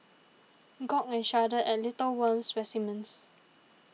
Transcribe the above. gawk and shudder a little at worm specimens